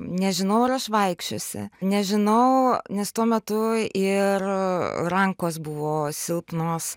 nežinau ar aš vaikščiosi nežinau nes tuo metu ir rankos buvo silpnos